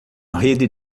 rede